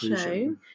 show